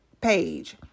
page